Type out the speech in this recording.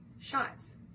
Shots